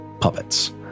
puppets